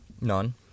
None